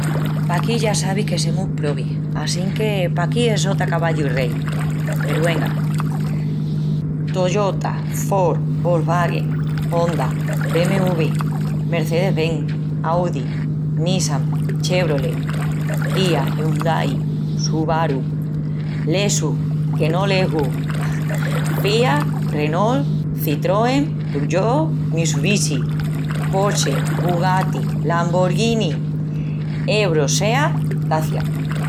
Paquí ya sabis que semus probis assínque paquí es sota, cavallu i rei. Peru enga, Toyota, Ford, Volkswagen, Honda, BMW, Mercedes-Benz, Audi, Nissan, Chevrolet, Kia, Hyundai, Subaru, Lexus, que no lexus, Fiat, Renault, Citroën, Peugeot, Mitsubishi, Porsche, Bugatti, Lamborghini, Ebro, Seat, Dacia,..